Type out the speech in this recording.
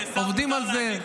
וסרלאוף,